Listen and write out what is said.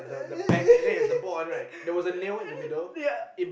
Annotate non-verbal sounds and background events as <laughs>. <laughs> yeah